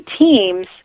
teams